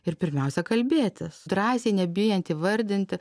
ir pirmiausia kalbėti drąsiai nebijant įvardinti